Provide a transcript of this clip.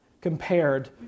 compared